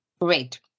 Great